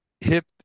Hip